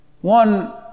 one